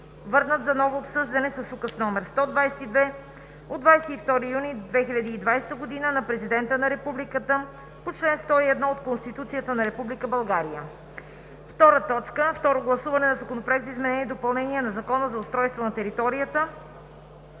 върнат за ново обсъждане с Указ № 122 от 22 юни 2020 г. на Президента на Републиката по чл. 101 от Конституцията на Република България. 2. Второ гласуване на Законопроекта за изменение и допълнение на Закона за устройство на територията.